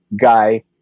guy